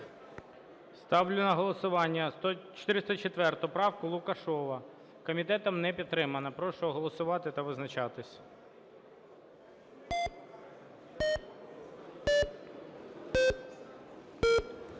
Ставлю на голосування 404 правку Лукашева. Комітетом не підтримана. Прошу голосувати та визначатись.